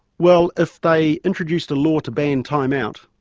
well if they introduced a law to ban time out,